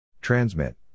Transmit